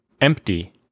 empty